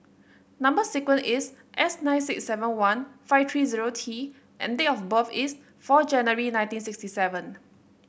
number sequence is S nine six seven one five three zero T and date of birth is four January nineteen sixty seven